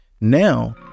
Now